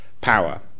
power